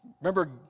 Remember